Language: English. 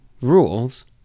rules